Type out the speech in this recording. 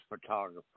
photographer